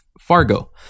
Fargo